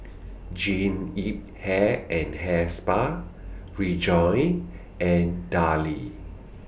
Jean Yip Hair and Hair Spa Rejoice and Darlie